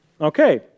Okay